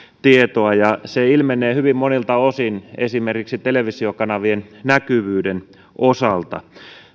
tietoa ja se ilmenee hyvin monilta osin esimerkiksi televisiokanavien näkyvyyden osalta